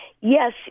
Yes